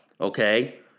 okay